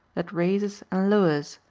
that raises and lowers,